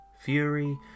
fury